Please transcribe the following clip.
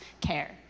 care